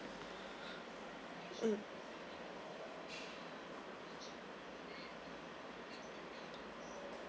mm